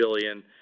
billion